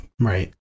Right